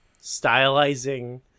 stylizing